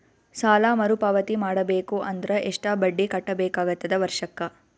ಸಾಲಾ ಮರು ಪಾವತಿ ಮಾಡಬೇಕು ಅಂದ್ರ ಎಷ್ಟ ಬಡ್ಡಿ ಕಟ್ಟಬೇಕಾಗತದ ವರ್ಷಕ್ಕ?